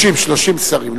30 שרים.